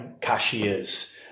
cashiers